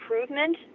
improvement